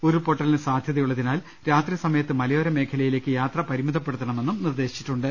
ഉരുൾപൊട്ടലിന് സാധൃതയുള്ളതിനാൽ രാത്രിസമയത്ത് മല യോര മേഖലയിലേക്ക് യാത്ര് പരിമിതപ്പെടുത്തണമെന്നും നിർദേശിച്ചിട്ടുണ്ട്